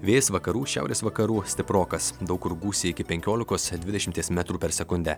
vėjas vakarų šiaurės vakarų stiprokas daug kur gūsiai iki penkiolikos dvidešimties metrų per sekundę